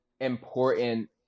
important